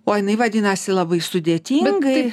o jinai vadinasi labai sudėtingai